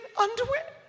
underwear